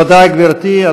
תודה, גברתי.